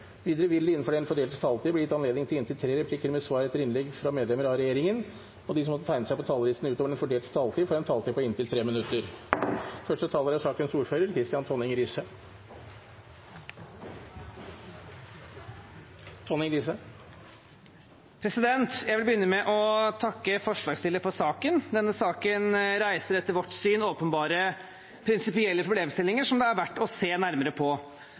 Videre vil det – innenfor den fordelte taletid – bli gitt anledning til inntil tre replikker med svar etter innlegg fra medlemmer av regjeringen, og de som måtte tegne seg på talerlisten utover den fordelte taletid, får også en taletid på 3 minutter. Denne saken markerer et viktig skille i måten vi tenker dagpenger og utdanning på. Behovet for å endre på et for rigid regelverk som hindrer permitterte og arbeidsledige i å ta den utdanningen som kanskje er